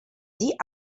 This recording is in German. sie